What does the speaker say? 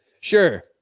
Sure